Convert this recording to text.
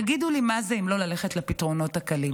תגידו לי, מה זה אם לא ללכת לפתרונות הקלים?